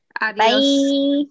Bye